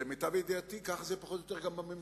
למיטב ידיעתי, ככה זה, פחות או יותר, גם בממשלה.